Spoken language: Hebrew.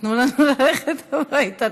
תיתנו לנו ללכת הביתה,